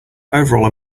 overall